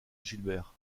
gilbert